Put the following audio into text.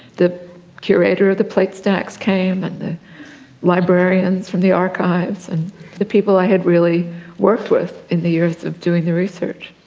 the curator of the plate stacks came and the librarians from the archives, and the people i had really worked with in the years of doing the research.